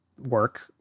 work